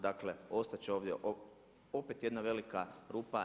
Dakle ostat će ovdje opet jedna velika rupa.